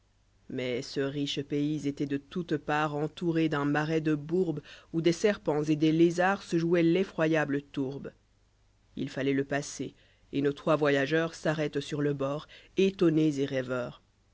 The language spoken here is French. mais ce riche pays était de toutes parts entouré d'un marais de bourbe où des serpents etdes lézards se jouoit l'effroyable tourbe il falloit le passer et nos trois voyageurs s'arrêtent sur le bord étonnés et rêveurs